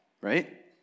right